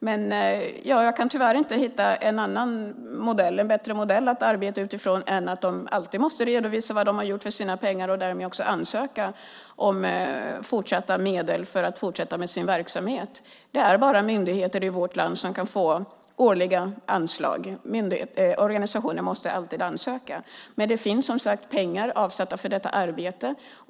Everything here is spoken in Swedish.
Men jag kan tyvärr inte hitta någon annan, bättre modell att arbeta utifrån än att organisationerna alltid måste redovisa vad de har gjort för sina pengar och därmed också ansöka om fortsatta medel för att fortsätta med sin verksamhet. Det är bara myndigheter i vårt land som kan få årliga anslag. Organisationer måste alltid ansöka. Men det finns som sagt pengar avsatta för detta arbete.